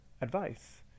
advice